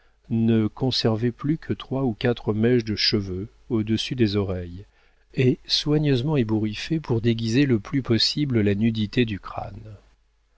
ne conservait plus que trois ou quatre mèches de cheveux au-dessus des oreilles et soigneusement ébouriffées pour déguiser le plus possible la nudité du crâne